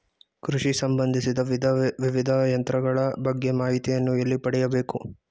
ಕೃಷಿ ಸಂಬಂದಿಸಿದ ವಿವಿಧ ಯಂತ್ರಗಳ ಬಗ್ಗೆ ಮಾಹಿತಿಯನ್ನು ಎಲ್ಲಿ ಪಡೆಯಬೇಕು?